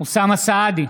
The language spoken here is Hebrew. אוסאמה סעדי,